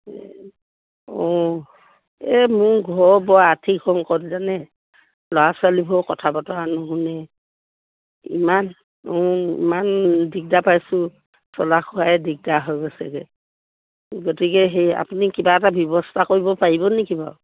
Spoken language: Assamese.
অঁ এই মোৰ ঘৰ বৰ আৰ্থিক সংকট জানে ল'ৰা ছোৱালীবোৰে কথা বতৰা নুশুনে ইমান ইমান দিগদাৰ পাইছোঁ চলা খুৱাই দিগদাৰ হৈ গৈছেগে গতিকে সেই আপুনি কিবা এটা ব্যৱস্থা কৰিব পাৰিব নেকি বাৰু